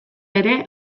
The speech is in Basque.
ere